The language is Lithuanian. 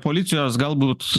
policijos galbūt